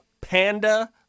panda